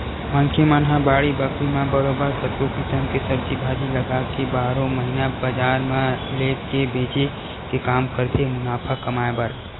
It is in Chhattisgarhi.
मनखे मन ह बाड़ी बखरी म बरोबर कतको किसम के सब्जी भाजी लगाके बारहो महिना बजार म लेग के बेंचे के काम करथे मुनाफा कमाए बर